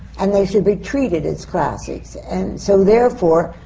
and they should be treated as classics. and so, therefore,